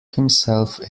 himself